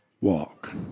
walk